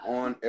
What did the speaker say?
on